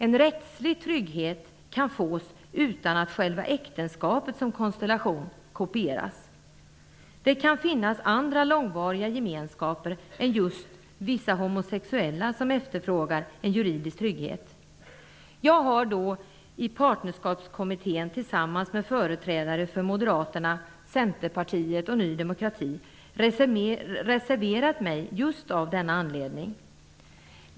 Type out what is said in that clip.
En rättslig trygghet kan fås utan att själva äktenskapet som konstellation kopieras. Det kan finnas andra långvariga gemenskaper än just vissa homosexuella som efterfrågar en juridisk trygghet. Jag har i Partnerskapskommittén tillsammans med företrädare för Moderaterna, Centerpartiet och Ny demokrati reserverat mig av just denna anledning.